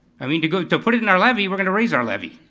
i mean to to put it in our levy, we're gonna raise our levy.